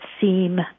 seem